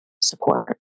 support